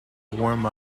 warm